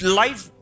life